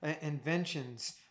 inventions